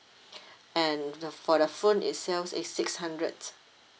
and the for the phone itself is six hundred